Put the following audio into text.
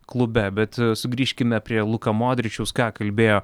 klube bet sugrįžkime prie luka modričiaus ką kalbėjo